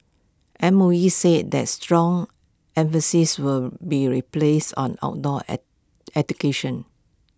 M O E said that strong emphasis will be replaced on outdoor education